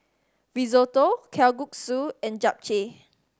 Risotto Kalguksu and Japchae